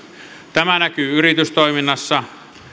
tämä näkyy yritystoiminnassa